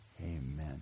Amen